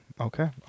Okay